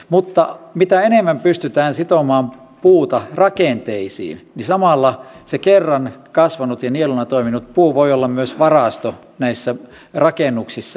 mutta mitä enemmän pystytään sitomaan puuta rakenteisiin niin samalla se kerran kasvanut ja nieluna toiminut puu voi olla myös varasto näissä rakennuksissa